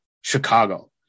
Chicago